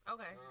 Okay